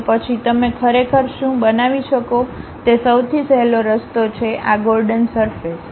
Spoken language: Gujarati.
તો પછી તમે ખરેખર શું બનાવી શકો તે સૌથી સહેલો રસ્તો છે આ ગોર્ડન સરફેસ